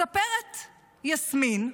מספרת יסמין,